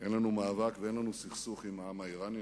אין לנו מאבק ואין לנו סכסוך עם העם האירני.